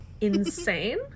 insane